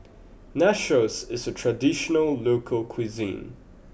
Nachos is a traditional local cuisine